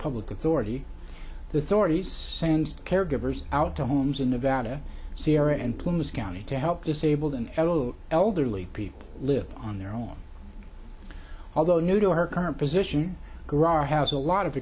public authority the sorties sends caregivers out to homes in nevada sierra and plumes county to help disabled and adult elderly people live on their own although new to her current position guerard has a lot of